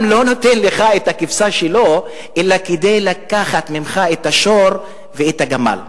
לא נותן לך את הכבשה שלו אלא כדי לקחת ממך את השור ואת הגמל.